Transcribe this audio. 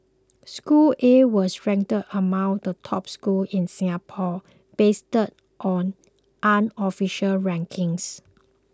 school A was ranked among the top schools in Singapore based on unofficial rankings